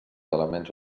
elements